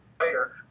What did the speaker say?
later